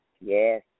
Yes